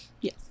yes